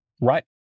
Right